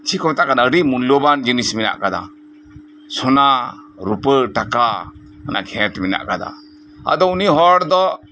ᱪᱮᱫ ᱠᱚ ᱢᱮᱛᱟᱜ ᱠᱟᱱᱟ ᱟᱰᱤ ᱢᱩᱞᱞᱚᱵᱟᱱ ᱡᱤᱱᱤᱥ ᱢᱮᱱᱟᱜ ᱟᱠᱟᱫᱟ ᱥᱚᱱᱟ ᱨᱩᱯᱟᱹ ᱴᱟᱠᱟ ᱚᱱᱟ ᱜᱷᱮᱸᱴ ᱢᱮᱱᱟᱜ ᱟᱠᱟᱫᱟ ᱟᱫᱚ ᱩᱱᱤ ᱦᱚᱲ ᱫᱚ